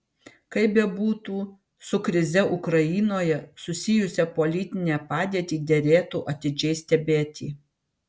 kaip bebūtų su krize ukrainoje susijusią politinę padėtį derėtų atidžiai stebėti